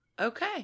Okay